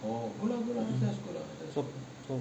so so